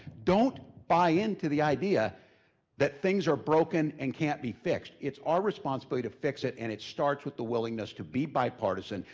don't buy into the idea that things are broken and can't be fixed. it's our responsibility to fix it and it starts with the willingness to be bipartisan,